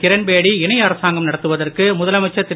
கிரண்பேடி இணை அரசாங்கம் நடத்துவதற்கு முதலமைச்சர் திரு